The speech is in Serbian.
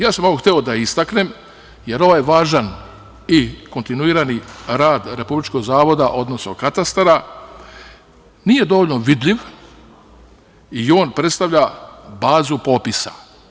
Ja sam ovo hteo da istaknem, jer ovaj važan i kontinuirani rad Republičkog zavoda, odnosno katastara, nije dovoljno vidljiv i on predstavlja bazu popisa.